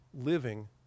Living